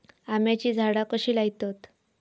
आम्याची झाडा कशी लयतत?